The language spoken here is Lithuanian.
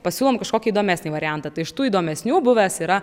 pasiūlom kažkokį įdomesnį variantą tai iš tų įdomesnių buvęs yra